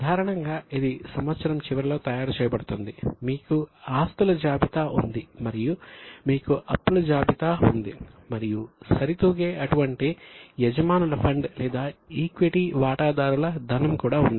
సాధారణంగా ఇది సంవత్సరం చివరిలో తయారు చేయబడుతుంది మీకు ఆస్తుల జాబితా ఉంది మరియు మీకు అప్పుల జాబితా ఉంది మరియు సరితూగే అటువంటి యజమానుల ఫండ్ లేదా ఈక్విటీ వాటాదారుల ధనం కూడా ఉంటుంది